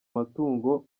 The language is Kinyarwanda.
amatungo